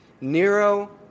Nero